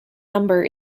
number